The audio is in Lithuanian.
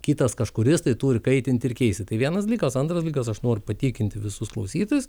kitas kažkuris tai turi kaitinti ir keisti tai vienas dalykas antras dalykas aš noriu patikinti visus klausytojus